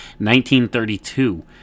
1932